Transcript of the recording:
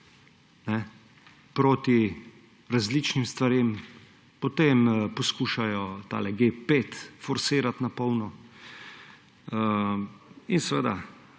proti različnim stvarem, potem poskušajo ta G5 forsirati na polno in seveda